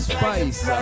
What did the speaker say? Spice